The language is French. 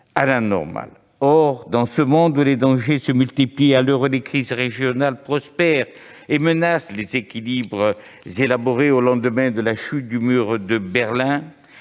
à la normale. Or, dans ce monde où les dangers se multiplient, à l'heure où les crises régionales prospèrent et menacent les équilibres élaborés au lendemain de la chute du mur de Berlin,